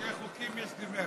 שני חוקים יש למרצ.